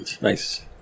Nice